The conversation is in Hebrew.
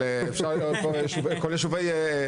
בסדר.